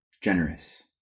generous